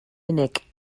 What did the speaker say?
unig